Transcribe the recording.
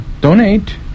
donate